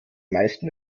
meisten